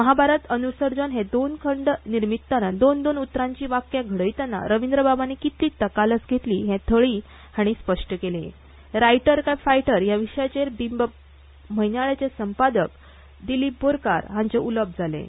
महाभारत अनुसर्जन हे दोन खंड निर्मितना दोन दोन उतरांचीं वाक्यां घडयतना रवीन्द्रबाबांनी कितली तकालस घेतली तें थळी हाणी स्पश्ट केलें रायटर काय फायटर हया विशयाचेर बिम्ब म्हयन्याळ्याचे संपादक दिलीप बोरकार हांचें उलोवप जालें